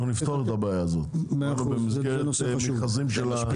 אנחנו נפתור את הבעיה הזאת במסגרת מכרזים של המדינה.